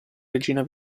regina